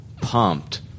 pumped